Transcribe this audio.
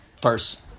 first